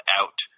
out